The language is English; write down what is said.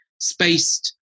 spaced